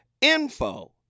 info